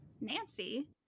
Nancy